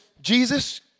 Jesus